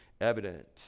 evident